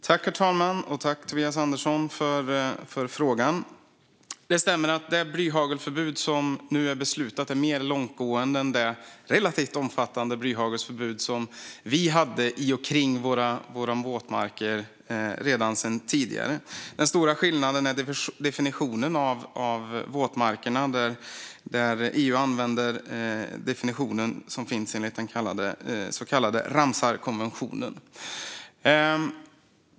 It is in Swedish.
Herr talman! Tack, Tobias Andersson, för frågan! Det stämmer att det blyhagelförbud som nu är beslutat är mer långtgående än det relativt omfattande blyhagelförbud som vi redan sedan tidigare hade i och kring våra våtmarker. Den stora skillnaden är definitionen av våtmarker, där EU använder den definition som finns i den kallade så kallade Ramsarkonventionen.